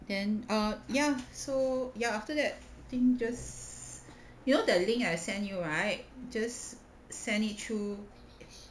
then err ya so ya after that thing just you know that link I send you right just send it through